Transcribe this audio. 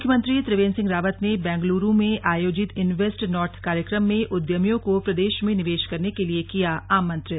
मुख्यमंत्री त्रिवेंद्र सिंह रावत ने बेंगलुरू में आयोजित इनवेस्ट नॉर्थ कार्यक्रम में उद्यमियों को प्रदेश में निवेश करने के लिए किया आमंत्रित